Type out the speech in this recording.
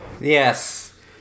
Yes